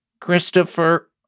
Christopher